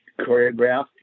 choreograph